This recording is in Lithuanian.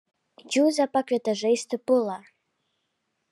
juzę pakvietė žaisti pulą